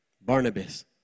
Barnabas